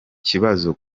kibazo